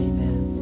Amen